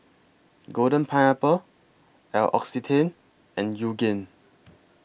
Golden Pineapple L'Occitane and Yoogane